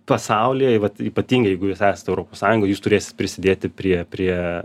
pasaulyje vat ypatingai jeigu jūs esat europos sąjungoj jūs turėsit prisidėti prie prie